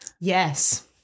Yes